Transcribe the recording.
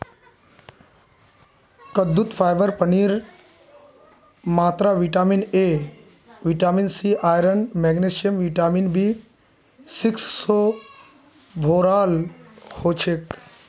कद्दूत फाइबर पानीर मात्रा vitamin A vitamin C iron magnesium vitamin B six स भोराल हछेक